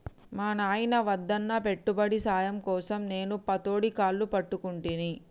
మా నాయిన వద్దన్నా పెట్టుబడి సాయం కోసం నేను పతోడి కాళ్లు పట్టుకుంటిని